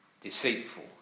deceitful